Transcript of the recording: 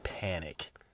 panic